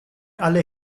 alle